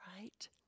Right